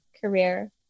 career